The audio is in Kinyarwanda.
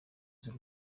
z’u